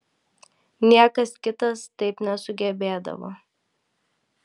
niekas kitas taip nesugebėdavo